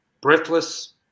breathless